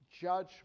Judgment